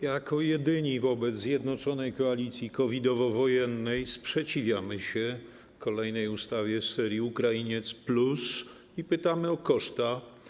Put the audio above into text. Jako jedyni wobec zjednoczonej koalicji COVID-owo-wojennej sprzeciwiamy się kolejnej ustawie z serii Ukrainiec+ i pytamy o koszta.